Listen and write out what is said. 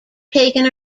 taken